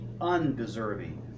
undeserving